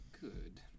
Good